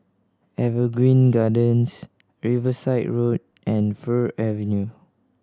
Evergreen Gardens Riverside Road and Fir Avenue